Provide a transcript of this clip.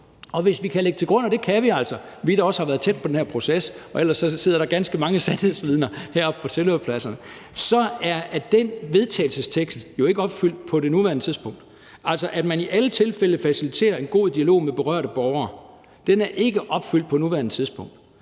Og hvis vi kan lægge det til grund – og det kan vi, altså vi, der også har været tæt på den her proces, og ellers sidder der ganske mange sandhedsvidner heroppe på tilhørerpladserne – så er den vedtagelsestekst jo ikke opfyldt på nuværende tidspunkt, i forhold til at man i alle tilfælde skulle facilitere en god dialog med berørte borgere. Det er ikke opfyldt på nuværende tidspunkt.